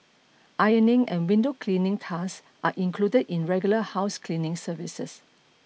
ironing and window cleaning tasks are included in regular house cleaning services